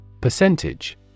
Percentage